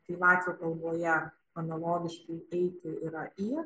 tai latvių kalboje analogiškai eiti yra į